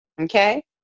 okay